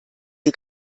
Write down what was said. sie